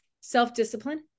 Self-discipline